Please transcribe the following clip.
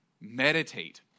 meditate